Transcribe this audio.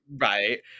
right